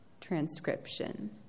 transcription